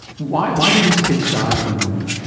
why why do these kids die of pneumonia?